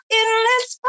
endless